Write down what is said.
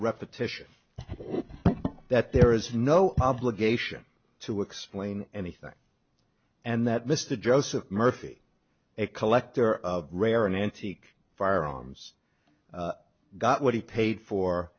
repetition that there is no obligation to explain anything and that mr joseph murphy a collector of rare an antique firearms got what he paid for